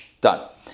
Done